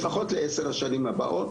לפחות לעשר השנים הבאות,